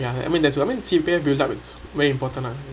ya I mean that's what I meant C_P_F build up is way important lah